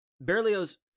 Berlioz